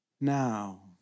now